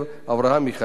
אברהם מיכאלי,